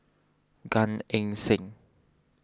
Gan Eng Seng